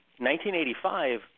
1985 –